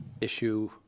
issue